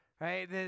right